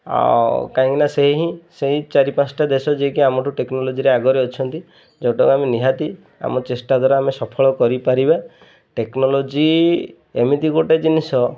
ଆଉ କାହିଁକି ନା ସେ ହିଁ ସେହି ଚାରି ପାଞ୍ଚଟା ଦେଶ ଯିଏ କି ଆମଠୁ ଟେକ୍ନୋଲୋଜିରେ ଆଗରେ ଅଛନ୍ତି ଯେଉଁଟା କି ଆମେ ନିହାତି ଆମ ଚେଷ୍ଟା ଦ୍ୱାରା ଆମେ ସଫଳ କରିପାରିବା ଟେକ୍ନୋଲୋଜି ଏମିତି ଗୋଟେ ଜିନିଷ